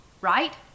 right